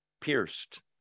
pierced